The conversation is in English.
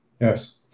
Yes